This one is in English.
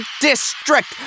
district